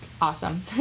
awesome